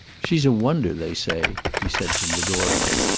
she's a wonder, they say, he said from the doorway.